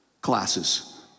classes